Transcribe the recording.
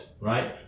right